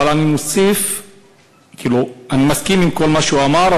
אני מסכים עם כל מה שהוא אמר,